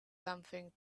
something